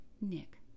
Nick